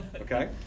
Okay